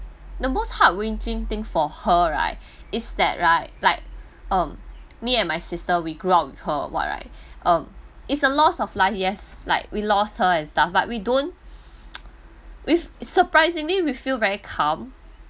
the most heart winkling thing for her right is that right like um me and my sister we grew up with her or what right um is a lost of life yes like we lost her and stuff but we don't we surprisingly we feel very calm